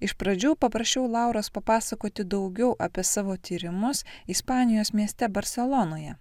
iš pradžių paprašiau lauros papasakoti daugiau apie savo tyrimus ispanijos mieste barselonoje